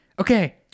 okay